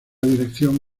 dirección